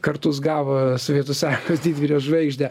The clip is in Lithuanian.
kartus gavo sovietų sąjungos didvyrio žvaigždę